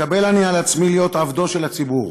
מקבל אני על עצמי להיות עבדו של הציבור,